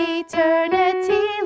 eternity